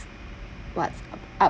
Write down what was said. what's